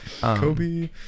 Kobe